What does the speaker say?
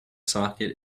socket